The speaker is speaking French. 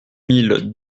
mille